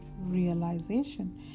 realization